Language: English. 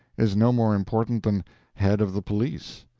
is no more important than head of the police.